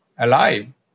alive